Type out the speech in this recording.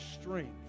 strength